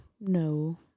no